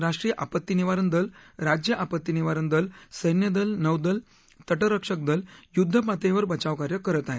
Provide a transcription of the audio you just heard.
राष्ट्रीय आपत्ती निवारण दल राज्य आपत्ती निवारण दल सैन्यदल नौदल तटरक्षकदल युद्धपातळीवर बचावकार्य करत आहेत